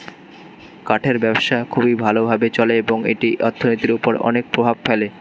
কাঠের ব্যবসা খুবই ভালো ভাবে চলে এবং এটি অর্থনীতির উপর অনেক প্রভাব ফেলে